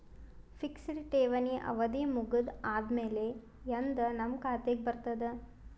Fixed ಠೇವಣಿ ಅವಧಿ ಮುಗದ ಆದಮೇಲೆ ಎಂದ ನಮ್ಮ ಖಾತೆಗೆ ಬರತದ?